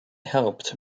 helped